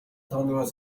хоногоос